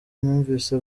numvise